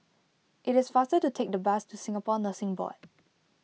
it is faster to take the bus to Singapore Nursing Board